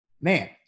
Man